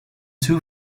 two